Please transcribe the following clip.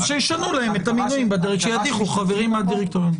אז שידיחו חברים מהדירקטוריון.